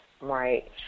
Right